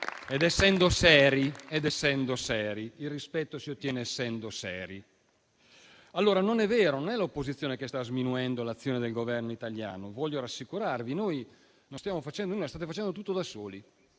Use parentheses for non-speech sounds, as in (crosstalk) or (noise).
ed essendo seri. (applause) Il rispetto si ottiene essendo seri. Non è vero che l'opposizione sta sminuendo l'azione del Governo italiano, voglio rassicurarvi. Noi non stiamo facendo nulla, state facendo tutto da soli,